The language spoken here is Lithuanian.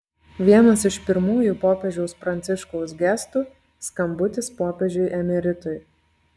vienas iš pirmųjų popiežiaus pranciškaus gestų skambutis popiežiui emeritui